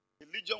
Religion